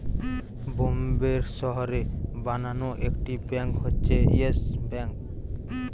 বোম্বের শহরে বানানো একটি ব্যাঙ্ক হচ্ছে ইয়েস ব্যাঙ্ক